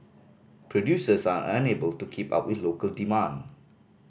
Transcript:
producers are unable to keep up with local demand